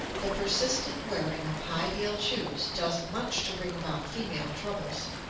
the persistent wearing of high-heeled shoes does much to bring about female troubles.